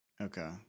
Okay